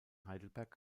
heidelberg